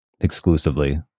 exclusively